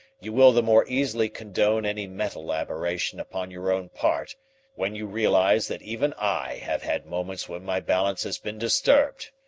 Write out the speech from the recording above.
you will the more easily condone any mental aberration upon your own part when you realize that even i have had moments when my balance has been disturbed.